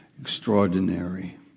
extraordinary